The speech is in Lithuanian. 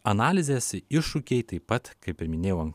analizės iššūkiai taip pat kaip ir minėjau